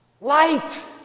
light